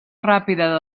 ràpida